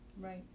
Right